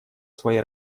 своей